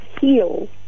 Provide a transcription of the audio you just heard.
heal